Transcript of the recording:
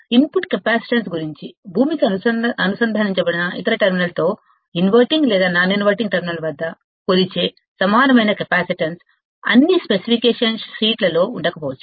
input capacitance గురించి భూమికి అనుసంధానించబడిన ఇతర టెర్మినల్తో ఇన్వర్టింగ్ లేదా నాన్ ఇన్వర్టింగ్ టెర్మినల్ వద్ద కొలిచే సమానమైన కెపాసిటెన్స్ అన్ని స్పెసిఫికేషన్ షీట్లలో ఉండకపోవచ్చు